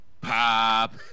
Pop